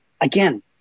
Again